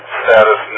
status